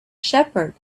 shepherd